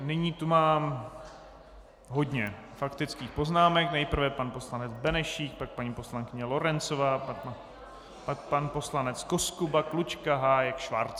Nyní tu mám hodně faktických poznámek: nejprve pan poslanec Benešík, pak paní poslankyně Lorencová, pak pan poslanec Koskuba, Klučka, Hájek, Schwarz.